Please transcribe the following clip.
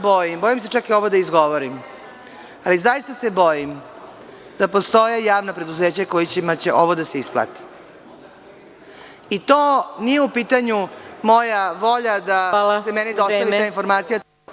Bojim se čak ovo i da izgovorim, ali zaista se bojim da postoje javna preduzeća kojima će ovo da se isplati i to nije u pitanju moja volja da se meni dostavi ta informacija.